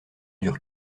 dure